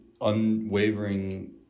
unwavering